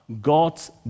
God's